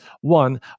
One